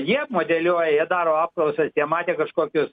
jie modeliuoja jie daro apklausas jie matė kažkokius